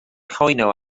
cwyno